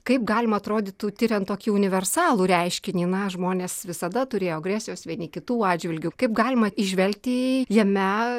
kaip galima atrodytų tiriant tokį universalų reiškinį na žmonės visada turėjo agresijos vieni kitų atžvilgiu kaip galima įžvelgti jame